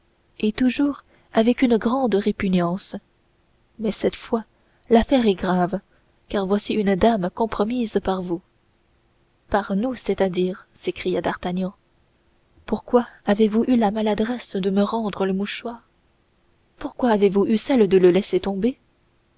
et toujours avec une grande répugnance mais cette fois l'affaire est grave car voici une dame compromise par vous par nous c'est-à-dire s'écria d'artagnan pourquoi avez-vous eu la maladresse de me rendre le mouchoir pourquoi avez-vous eu celle de le laisser tomber